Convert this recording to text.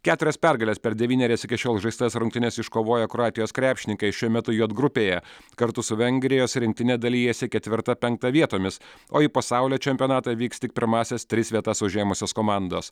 keturias pergales per devynerias iki šiol žaistas rungtynes iškovoję kroatijos krepšininkai šiuo metu j grupėje kartu su vengrijos rinktine dalijasi ketvirta penkta vietomis o į pasaulio čempionatą vyks tik pirmąsias tris vietas užėmusios komandos